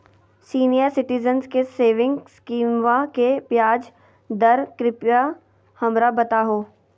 senior citizen के saving स्कीमवा के ब्याज दर कृपया हमरा बताहो